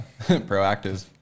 Proactive